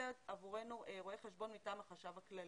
שעושה עבורנו רואה חשבון מטעם החשב הכללי.